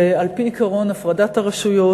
ועל-פי עקרון הפרדת הרשויות,